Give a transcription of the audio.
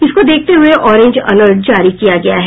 इसको देखते हुये ऑरेंज अलर्ट जारी किया गया है